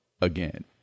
again